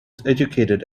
educated